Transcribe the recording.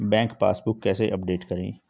Bank passbook कैसे update करें?